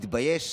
התבייש.